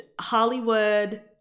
Hollywood